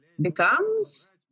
becomes